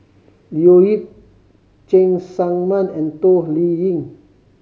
Leo Yip Cheng Tsang Man and Toh Liying